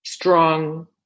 Strong